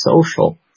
social